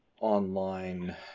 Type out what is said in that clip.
online